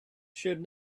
should